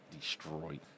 destroyed